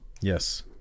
yes